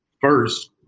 first